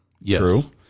Yes